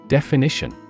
Definition